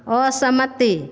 असहमति